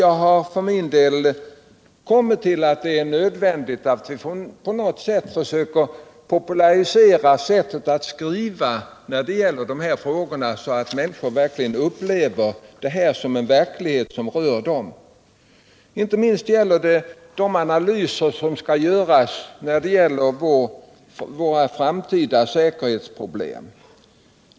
Jag har för min del kommit fram till att det är nödvändigt att på något sätt försöka popularisera sättet att skriva i de här frågorna så att människorna verklige1 upplever det som en verklighet som rör dem. Inte minst gäller detta de anzlyser som skall göras av våra framtida säkerhetsproblem.